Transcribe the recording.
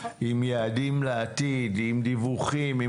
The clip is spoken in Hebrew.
עם יעדים לעתיד, עם דיווחים.